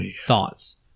thoughts